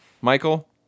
Michael